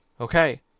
Okay